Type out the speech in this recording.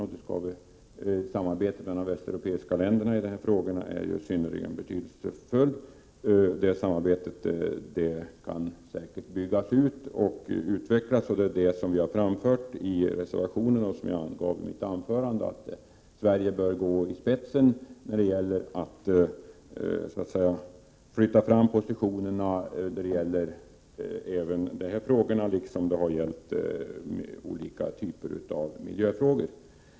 1987/88:126 och samarbetet mellan de västeuropeiska länderna i dessa frågor är 25 maj 1988 synnerligen betydelsefullt. Det samarbetet kan säkert byggas ut och utvecklas. Vi har framfört i reservationen, och jag angav det också i mitt anförande, att Sverige bör gå i spetsen när det gäller att flytta fram positionerna i dessa frågor liksom i olika typer av miljöfrågor.